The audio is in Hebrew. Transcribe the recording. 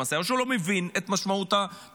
למעשה: או שהוא לא מבין את משמעות התקציב,